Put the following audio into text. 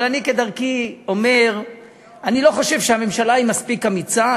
אבל אני כדרכי אומר שאני לא חושב שהממשלה מספיק אמיצה,